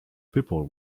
people